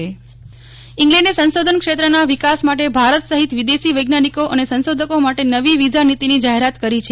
ઠકકર તહલ ઇંગ્લેન્ડે સંશોધન ક્ષેત્રના વિકાસ માટે ભારત સહિત વિદેશી વૈજ્ઞાનિકો અને સંશોધકો માટે નવી વિઝા નીતિની જાહેરાત કરી છે